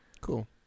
Cool